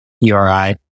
URI